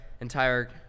entire